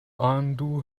undo